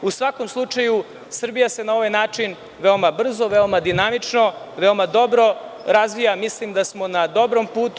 U svakom slučaju, Srbija se na ovaj način veoma brzo, veoma dinamično, veoma dobro razvija i mislim da smo na dobrom putu.